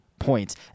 points